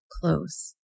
close